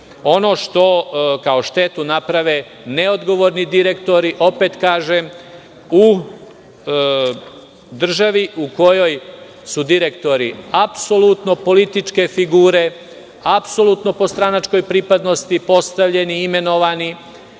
ono što kao štetu naprave neodgovorni direktori, opet kažem, u državi u kojoj su direktori apsolutno političke figure, apsolutno po stranačkoj pripadnosti postavljeni i imenovani